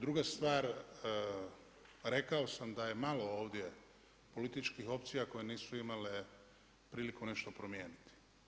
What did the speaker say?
Druga stvar, rekao sam da je malo ovdje političkih opcija koje nisu imale priliku nešto promijeniti.